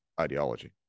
ideology